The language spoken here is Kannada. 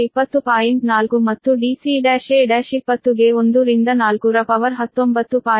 4 ಮತ್ತು dc1a1 20 ಗೆ 1 ರಿಂದ 4 ರ ಪವರ್ 19